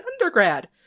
undergrad